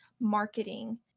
marketing